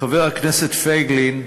חבר הכנסת פייגלין,